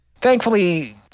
Thankfully